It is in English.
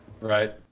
Right